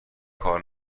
کار